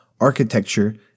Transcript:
architecture